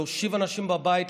להושיב אנשים בבית,